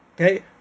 Okay